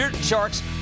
Sharks